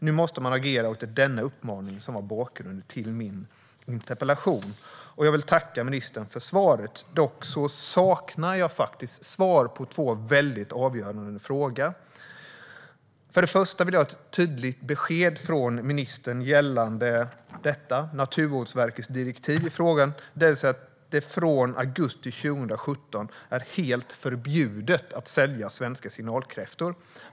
Nu måste man agera, och det är denna uppmaning som är bakgrunden till min interpellation. Jag vill tacka ministern för svaret. Dock saknar jag faktiskt svar på två väldigt avgörande frågor. För det första vill jag ha ett tydligt besked från ministern gällande Naturvårdsverkets direktiv i frågan, det vill säga att det från augusti 2017 är helt förbjudet att sälja svenska signalkräftor.